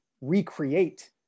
recreate